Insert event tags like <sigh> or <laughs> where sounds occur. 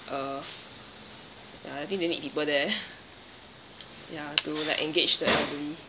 uh ya I think they need people there <laughs> ya to like engage them